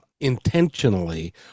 intentionally